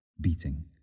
beating